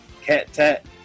cat-tat